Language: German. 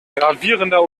gravierender